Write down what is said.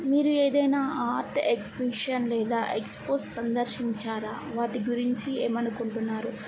మీరు ఏదైనా art exhibition లేదా ఎక్స్పోస్ సందర్శించారా వాటి గురించి ఏమనుకుంటున్నారు